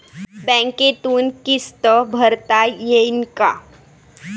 बँकेतून किस्त भरता येईन का?